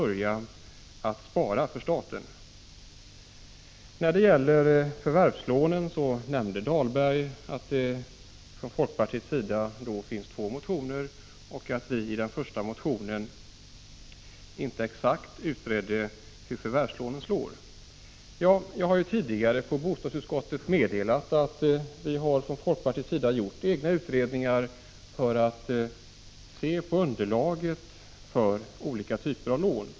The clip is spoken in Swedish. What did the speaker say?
Rolf Dahlberg nämnde att det när det gäller förvärvslånen från folkpartiets sida finns två motioner och att vi i den första motionen inte exakt utredde hur förvärvslånen slår. Jag har tidigare i bostadsutskottet meddelat att folkpartiet har gjort egna utredningar för att se på underlaget för olika typer av lån.